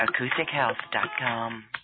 AcousticHealth.com